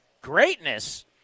Greatness